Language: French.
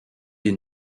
des